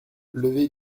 levée